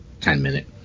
Ten-minute